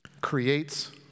creates